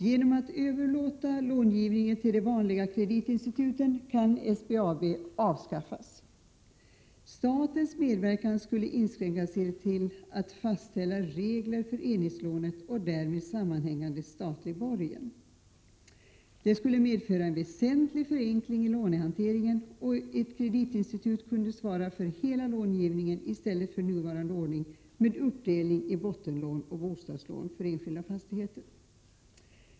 Genom att överlåta långivningen till de vanliga kreditinstituten kan SBAB avskaffas. Statens medverkan skulle inskränka sig till faställande av regler för enhetslånet och därmed sammanhängande statlig borgen. Det skulle medföra en väsentlig förenkling i lånehanteringen, och ett kreditinstitut kunde svara för hela långivningen i stället för nuvarande ordning med uppdelning i bottenlån och bostadslån för enskilda fastigheter.